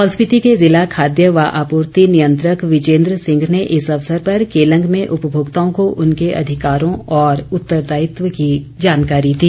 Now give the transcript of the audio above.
लाहौल स्पीति के जिला खाद्य व आपूर्ति नियंत्रक विजेन्द्र सिंह ने इस अवसर पर केलंग में उपभोक्ताओं को उनके अधिकारों और उत्तरदायित्व की जानकारी दी